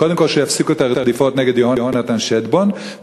קודם כול שיפסיקו את הרדיפות נגד יונתן שטבון,